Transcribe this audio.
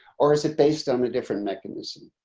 or is it based on a different mechanism?